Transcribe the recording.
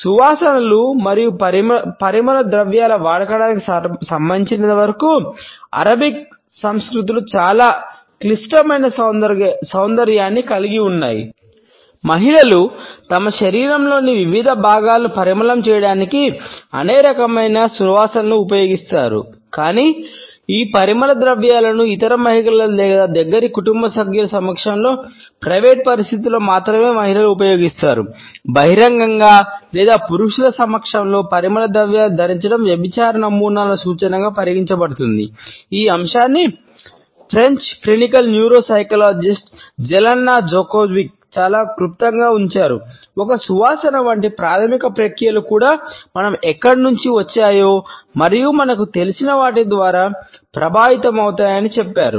సువాసనలు మరియు పరిమళ ద్రవ్యాల వాడకానికి సంబంధించినంతవరకు అరబిక్ చాలా క్లుప్తంగా ఉంచారు ఒక సువాసన వంటి ప్రాథమిక ప్రక్రియలు కూడా మనం ఎక్కడి నుండి వచ్చాయో మరియు మనకు తెలిసిన వాటి ద్వారా ప్రభావితమవుతాయని చెప్పారు